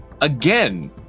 Again